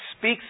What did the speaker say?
speaks